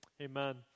amen